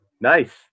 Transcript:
Nice